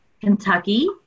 Kentucky